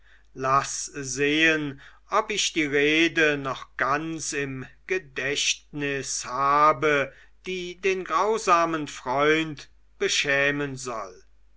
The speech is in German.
laß sehen ob ich die rede noch ganz im gedächtnis habe die den grausamen freund beschämen soll